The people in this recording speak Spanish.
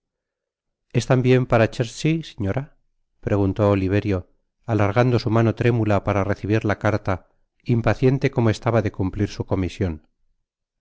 es tambien para chertsey señora preganló oliverio alargando su mano trémula para recibir la carta impaciente como estaba de cumplir su comision